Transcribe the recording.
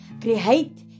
Create